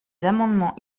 amendements